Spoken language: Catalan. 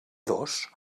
dos